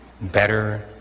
better